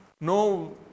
no